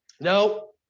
no